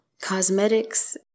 cosmetics